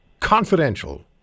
confidential